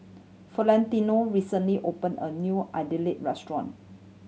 Flentino recently opened a new Idili restaurant